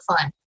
fun